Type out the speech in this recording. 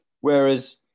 Whereas